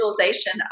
visualization